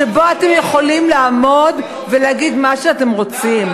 שבה אתם יכולים לעמוד ולהגיד מה שאתם רוצים.